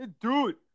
Dude